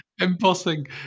embossing